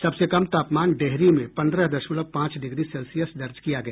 सबसे कम तापमान डेहरी में पन्द्रह दशमलव पांच डिग्री सेल्सियस दर्ज किया गया